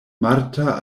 marta